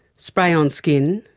spray-on skin,